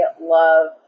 love